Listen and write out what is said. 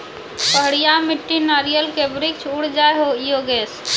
पहाड़िया मिट्टी नारियल के वृक्ष उड़ जाय योगेश?